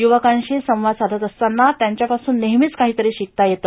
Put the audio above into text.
युवकांशी संवाद साधत असताना यांच्यापासून नेहमी काहीतरी शिकता येते